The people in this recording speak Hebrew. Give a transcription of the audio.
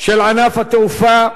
של ענף התעופה,